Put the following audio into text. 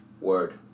Word